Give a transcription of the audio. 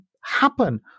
happen